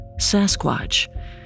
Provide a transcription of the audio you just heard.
sasquatch